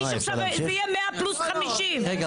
עכשיו זה יהיה 100 פלוס 50. רגע,